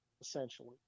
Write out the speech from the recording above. essentially